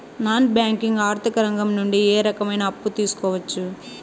Non banking ఆర్థిక రంగం నుండి ఏ రకమైన అప్పు తీసుకోవచ్చు?